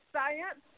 Science